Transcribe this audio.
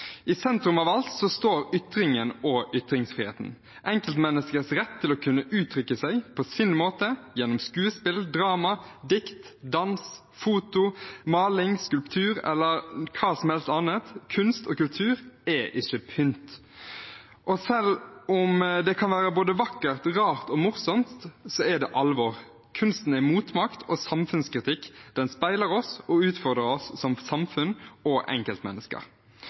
I sentrum for alt står ytringen og ytringsfriheten, enkeltmenneskets rett til å kunne uttrykke seg på sin måte gjennom skuespill, drama, dikt, dans, foto, maling, skulptur eller hva som helst annet. Kunst og kultur er ikke pynt. Selv om det kan være både vakkert, rart og morsomt, er det alvor. Kunsten er motmakt og samfunnskritikk, den speiler oss og utfordrer oss som samfunn og enkeltmennesker.